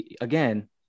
again